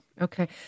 Okay